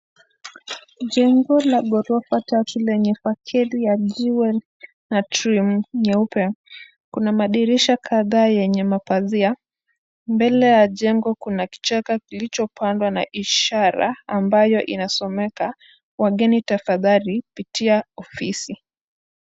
Jengo lenye ghorofa tatu lenye pacheli ya jiwe na trim nyeupe. Kuna madirisha kadha yenye mapazia. Mbele ya jengo kuna kichaka kilichopandwa na ishara ambayo inasomeka, wageni tafadhali pitia ofisi.